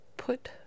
put